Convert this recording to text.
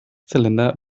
zylinder